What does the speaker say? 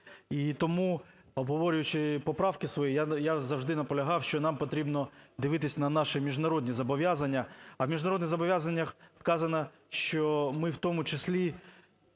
І тому, обговорюючи поправки свої, я завжди наполягав, що нам потрібно дивитися на наші міжнародні зобов'язання. А в міжнародних зобов'язаннях вказано, що ми в тому числі,